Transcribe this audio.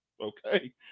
Okay